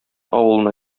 авылына